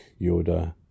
Yoda